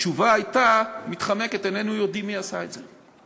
התשובה הייתה מתחמקת: איננו יודעים מי עשה את זה.